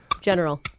General